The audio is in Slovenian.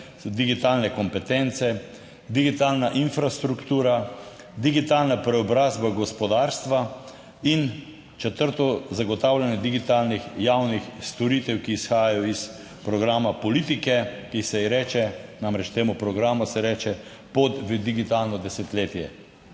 digitalne kompetence, digitalna infrastruktura, digitalna preobrazba gospodarstva in četrto zagotavljanje digitalnih javnih storitev, ki izhajajo iz programa politike, ki se ji reče, namreč temu programu se reče pot v digitalno desetletje.